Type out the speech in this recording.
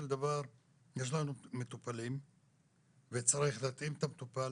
דבר יש לנו מטופלים וצריך להתאים את המטופל.